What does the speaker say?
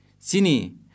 Sini